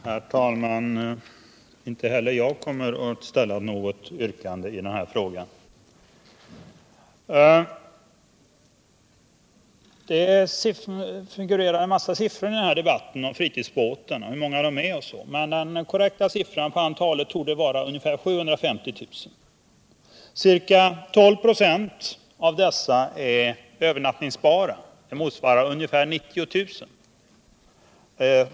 Herr talman! Inte heller jag kommer att framställa något yrkande i den här frågan. Dcet figurerar en massa siffror i debatten om fritidsbåtarna — hur många de är osv. Den korrekta siffran på antalet båtar torde vara ungefär 750 000. Ca 12 26 av dessa är övernattningsbara, vilket motsvarar ungefär 90 000.